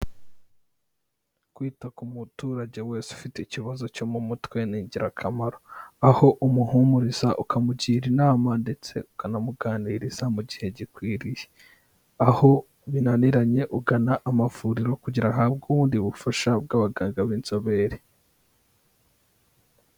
Kwita ku muturage wese ufite ikibazo cyo mu mutwe ni ingirakamaro, aho umuhumuriza ukamugira inama ndetse ukanamuganiriza mu gihe gikwiriye, aho binaniranye ugana amavuriro kugira ahabwe ubundi bufasha bw'abaganga b'inzobere.